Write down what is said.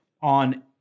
on